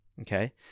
okay